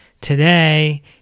Today